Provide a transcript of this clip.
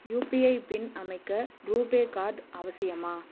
UPI PIN அமைக்க RuPay card அவசியமா